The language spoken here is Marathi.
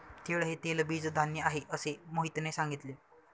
तीळ हे तेलबीज धान्य आहे, असे मोहितने सांगितले